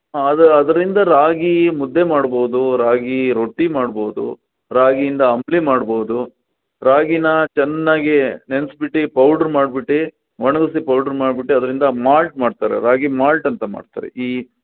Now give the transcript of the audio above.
ಅದ ಅದರಿಂದ ರಾಗಿ ಮುದ್ದೆ ಮಾಡ್ಬೋದು ರಾಗಿ ರೊಟ್ಟಿ ಮಾಡ್ಬೋದು ರಾಗಿಯಿಂದ ಅಂಬಲಿ ಮಾಡ್ಬೋದು ರಾಗಿನಾ ಚೆನ್ನಾಗೇ ನೆನ್ಸ್ಬಿಟ್ಟು ಪೌಡ್ರ್ ಮಾಡ್ಬಿಟ್ಟು ಒಣಗಿಸಿ ಪೌಡ್ರ್ ಮಾಡ್ಬಿಟ್ಟು ಅದರಿಂದ ಮಾಲ್ಟ್ ಮಾಡ್ತಾರೆ ರಾಗಿ ಮಾಲ್ಟ್ ಅಂತ ಮಾಡ್ತಾರೆ ಈ